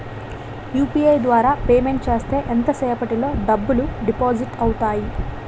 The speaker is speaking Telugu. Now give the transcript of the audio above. యు.పి.ఐ ద్వారా పేమెంట్ చేస్తే ఎంత సేపటిలో డబ్బులు డిపాజిట్ అవుతాయి?